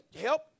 help